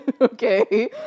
Okay